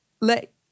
let